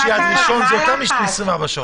מחמישי עד ראשון זה יותר מ-24 שעות.